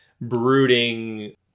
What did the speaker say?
brooding